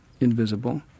invisible